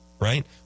Right